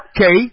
Okay